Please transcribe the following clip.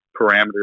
parameters